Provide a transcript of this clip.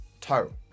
toe